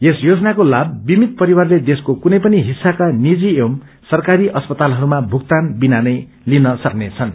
यस योजनाको लाभ बीमित परिवारले देशको कुनै पनि हिस्साका निजी एवं सरकारी अस्पातलाहरूमा भुगतान बिना लिन सक्नेछन्